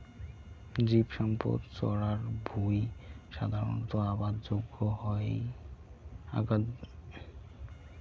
জীবসম্পদ চরার ভুঁই সাধারণত আবাদ যোগ্য না হই